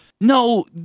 No